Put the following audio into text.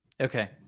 Okay